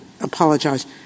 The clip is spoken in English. apologize